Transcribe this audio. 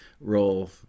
role